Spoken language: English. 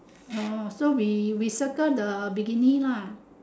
orh so we we circle the bikini lah